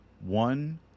One